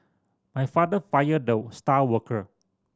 my father fired the star worker